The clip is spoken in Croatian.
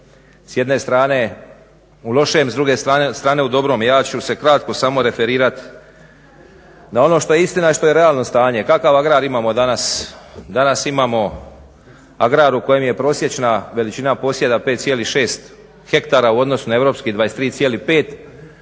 s jedne strane u lošem, a s druge strane u dobrom. I ja ću se kratko samo referirat na ono što je istina, što je realno stanje kakav agrar imamo danas? Danas imamo agrar u kojem je prosječna veličina posjeda 5,6 hektara u odnosu na Europskih 23,5 bez